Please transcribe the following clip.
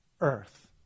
earth